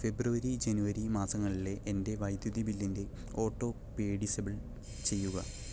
ഫെബ്രുവരി ജനുവരി മാസങ്ങളിലെ എൻ്റെ വൈദ്യുതി ബില്ലിൻ്റെ ഓട്ടോ പേ ഡിസേബിൾ ചെയ്യുക